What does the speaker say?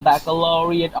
baccalaureate